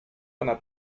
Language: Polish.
ona